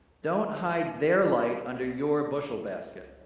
don't hide their light under your bushel basket.